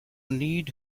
need